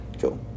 Cool